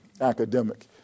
academic